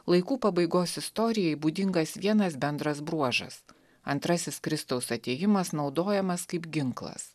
laikų pabaigos istorijai būdingas vienas bendras bruožas antrasis kristaus atėjimas naudojamas kaip ginklas